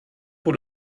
pour